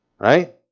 Right